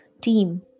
team